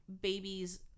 babies